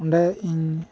ᱚᱸᱰᱮ ᱤᱧ